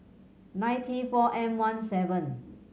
nine T four M One seven